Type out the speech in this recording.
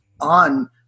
on